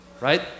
right